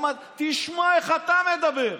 תשמע איך אתה מדבר.